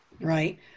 Right